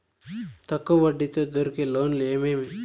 తక్కువ వడ్డీ తో దొరికే లోన్లు ఏమేమీ?